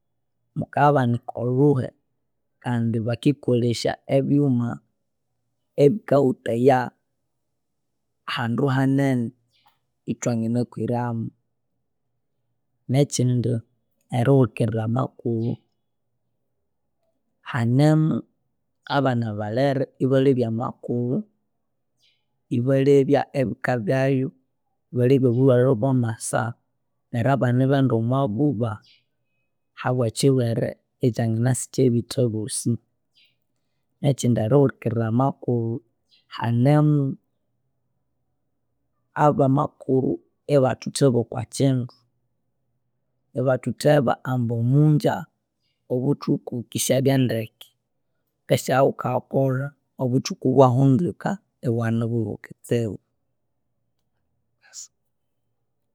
Mukayabanika olhuhi kandi bakikolesya ebyuma ebikahutaya handu hanene ithwanginakwiramu. Nekyindi erihulikirira amakuru hanemu abana balere ibalebya amakuru, ibalebya ebikabyayu ibalebya obulwere obwamasa neryu abana baghenda omwabuba habwekyilwere ekyanginasa ikyabitha abosi. Nekyindi erihulikirira amakuru abamakuru ibathutheba okwakyindu, ibathutheba ambu omungya obuthuku bukisyabya ndeke, wukisya wukakolha obuthuku ibwahunduka ibyanububuka kutsibu